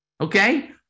okay